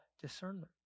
discernment